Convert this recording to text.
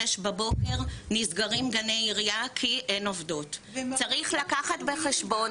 06:00 נסגרים גני עירייה כי אין עובדות צריך לקחת בחשבון